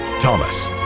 Thomas